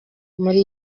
muri